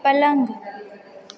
पलङ्ग